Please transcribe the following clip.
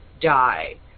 die